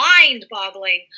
mind-boggling